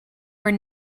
were